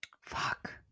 Fuck